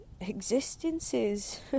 existences